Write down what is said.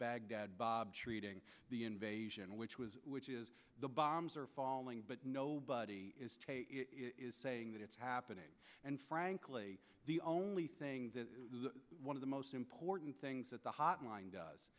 baghdad bob treating the invasion which was which is the bombs are falling but nobody is saying that it's happening and frankly the only thing that one of the most important things that the hotline does